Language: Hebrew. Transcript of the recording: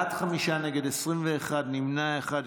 בעד, חמישה, נגד, 21, נמנע אחד.